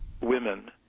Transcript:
women